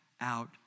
out